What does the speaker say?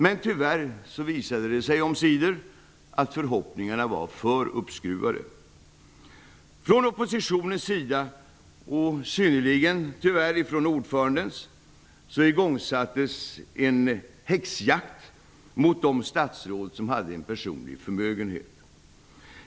Men tyvärr visade det sig omsider att förhoppningarna var för uppskruvade. Från oppositionens sida och synnerligen, tyvärr, från ordförandens, igångsattes en häxjakt mot de statsråd som hade en personlig förmögenhet.